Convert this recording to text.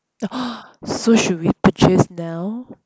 the so should we purchase now